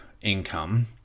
income